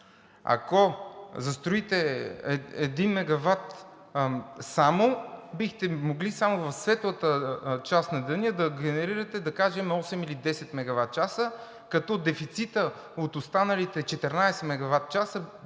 Ако застроите 1 мегават само, бихте могли само в светлата част на деня да генерирате да кажем 8 или 10 мегаватчаса, като дефицитът от останалите 14 мегаватчаса